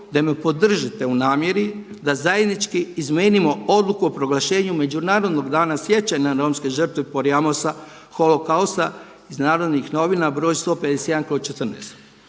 da me podržite u namjeri da zajednički izmijenimo odluku o proglašenju Međunarodnog dana sjećanja na romske žrtve „porjamosa, holokausta“ iz Narodnih novina b. 151/14.